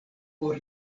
por